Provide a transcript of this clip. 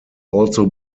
also